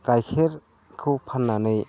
गाइखेरखौ फाननानै